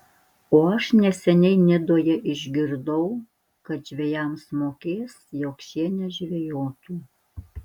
o aš neseniai nidoje išgirdau kad žvejams mokės jog šie nežvejotų